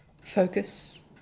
Focus